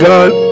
God